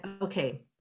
okay